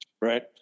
right